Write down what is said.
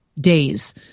days